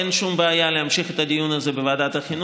אין שום בעיה להמשיך את הדיון הזה בוועדת החינוך,